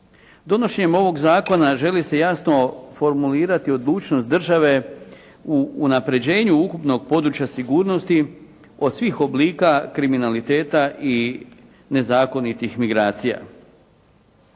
Donošenjem ovog zakona želi se jasno formulirati odlučnost države u unapređenju ukupnog područja sigurnosti od svih oblika kriminaliteta i nezakonitih migracija.